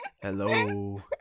Hello